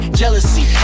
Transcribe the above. jealousy